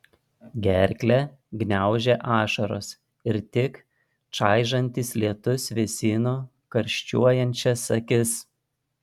gerklę gniaužė ašaros ir tik čaižantis lietus vėsino karščiuojančias akis